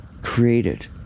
Created